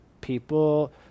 people